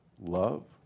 Love